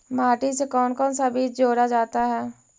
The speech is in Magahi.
माटी से कौन कौन सा बीज जोड़ा जाता है?